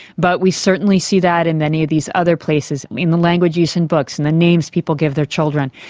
but we certainly see that in many of these other places in the language use in books, in the names people give their children,